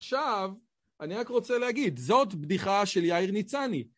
עכשיו, אני רק רוצה להגיד, זאת בדיחה של יאיר ניצני.